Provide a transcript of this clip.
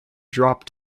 drop